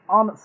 on